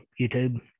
YouTube